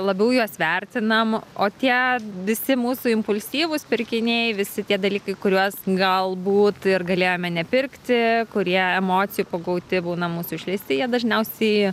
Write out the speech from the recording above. labiau juos vertinam o tie visi mūsų impulsyvūs pirkiniai visi tie dalykai kuriuos galbūt ir galėjome nepirkti kurie emocijų pagauti būna mūsų išleisti jie dažniausiai